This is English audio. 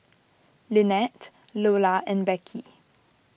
Lynnette Loula and Beckie